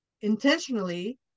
intentionally